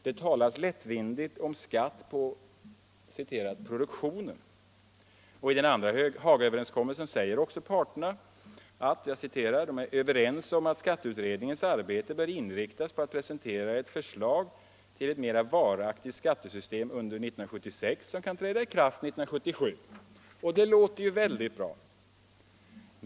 Det talas lättvindigt om skatt på ”produktionen”. I Haga I-överenskommelsen säger också parterna att de är ”överens om att skatteutredningens arbete bör inriktas på att presentera ett förslag till ett mer varaktigt skattesystem under 1976 som kan träda i kraft 1977”. Det låter ju väldigt bra.